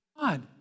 God